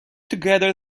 together